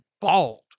bald